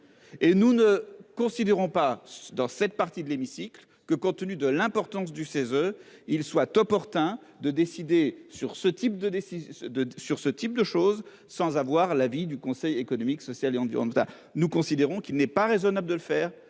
Et nous ne considérons pas dans cette partie de l'hémicycle, que compte tenu de l'importance du CESE il soit opportun de décider sur ce type de décision de sur ce type de choses sans avoir l'avis du Conseil économique, social et en du Rwanda. Nous considérons qu'il n'est pas raisonnable de le faire